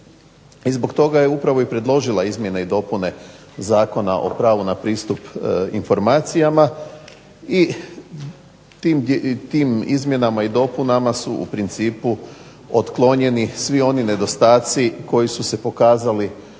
i zbog toga je predložila izmjene i dopune Zakona o pravu na pristup informacijama i tim izmjenama i dopunama su u principu otklonjeni svi oni nedostaci koji su se pokazali